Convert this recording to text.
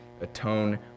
atone